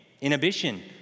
inhibition